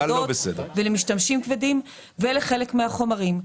ולמשתמשים כבדים ולחלק מהחומרים.